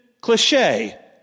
cliche